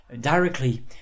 directly